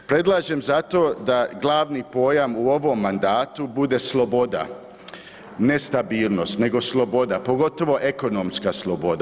Predlažem zato da glavni pojam u ovom mandatu bude sloboda, ne stabilnost nego sloboda, pogotovo ekonomska sloboda.